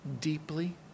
deeply